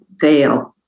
fail